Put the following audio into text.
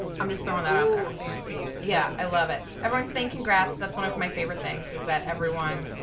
i'm just throwing that all over fancy yeah, i love it. everyone's thinking grats. that's one of my favorite things is that everyone,